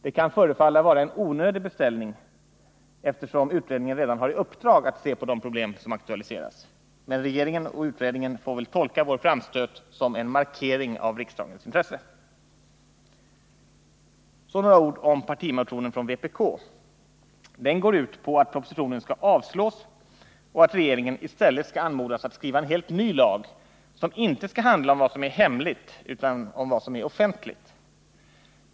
Det kan kanske förefalla vara en onödig beställning, eftersom utredningen redan har i uppdrag att se på de problem som aktualiseras, men regeringen och utredningen får väl tolka vår framstöt som en markering av riksdagens intresse. Så några ord om partimotionen från vpk. Den går ut på att propositionen skall avslås och att regeringen i stället skall anmodas att skriva en helt ny lag, som inte skall handla om vad som är hemligt utan om vad som är offentligt.